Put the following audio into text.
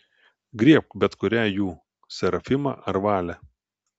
griebk bet kurią jų serafimą ar valę